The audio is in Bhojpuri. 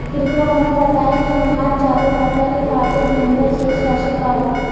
कृपया हमरा बताइ कि हमार चालू खाता के खातिर न्यूनतम शेष राशि का बा